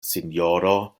sinjoro